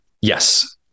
Yes